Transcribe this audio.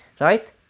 Right